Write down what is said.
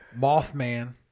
Mothman